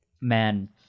man